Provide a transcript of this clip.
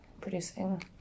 producing